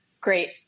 great